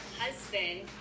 husband